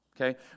okay